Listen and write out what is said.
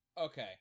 Okay